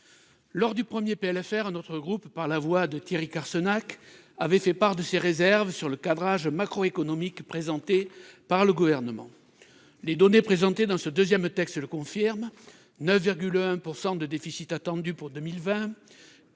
Lors du premier PLFR, notre groupe, par la voix de Thierry Carcenac, avait fait part de ses réserves sur le cadrage macroéconomique présenté par le Gouvernement. Les données présentées dans ce deuxième texte le confirment : 9,1 % de déficit attendu pour 2020,